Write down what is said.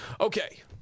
Okay